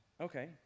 Okay